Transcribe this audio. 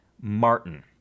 Martin